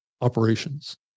operations